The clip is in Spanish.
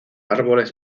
árboles